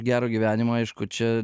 gero gyvenimo aišku čia